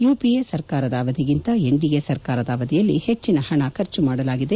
ಯುಖಎ ಸರ್ಕಾರದ ಅವಧಿಗಿಂತ ಎನ್ಡಿಎ ಸರ್ಕಾರದ ಅವಧಿಯಲ್ಲಿ ಹೆಜ್ಜಿನ ಷಣ ಖರ್ಚು ಮಾಡಲಾಗಿದೆ